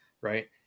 right